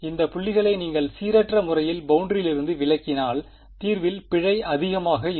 இந்த புள்ளிகளை நீங்கள் சீரற்ற முறையில் பௌண்டரியிலிருந்து விலக்கினால் தீர்வில் பிழை அதிகமாக இருக்கும்